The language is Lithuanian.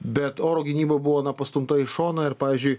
bet oro gynyba buvo na pastumta į šoną ir pavyzdžiui